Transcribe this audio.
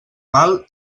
mal